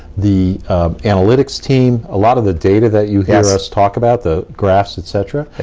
the analytics team, a lot of the data that you hear us talk about, the graphs, et cetera, yes.